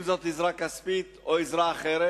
אם זאת עזרה כספית או עזרה אחרת.